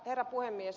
herra puhemies